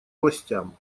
властям